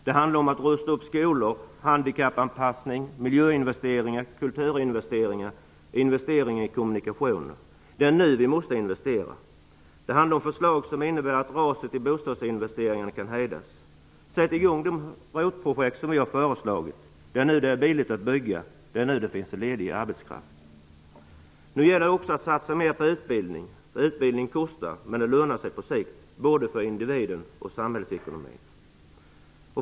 Det handlar om skolupprustning, handikappanpassning, miljöinvesteringar, kulturinvesteringar och investeringar i kommunikationer. Det är nu vi måste investera! Det handlar om förslag som innebär att raset i bostadsinvesteringarna kan hejdas. Sätt i gång de ROT-projekt som vi har föreslagit! Det är nu det är billigt att bygga, och det är nu som det finns ledig arbetskraft. Nu gäller också att satsa mer på utbildning. Ubildning kostar, men den lönar sig på sikt, både för individen och med tanke på samhällsekonomin.